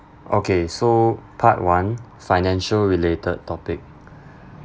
okay so part one financial related topic